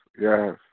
yes